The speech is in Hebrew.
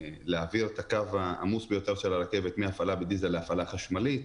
להעביר את הקו העמוס ביותר של הרכבת מהפעלה בדיזל להפעלה חשמלית,